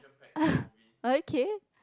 uh okay